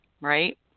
right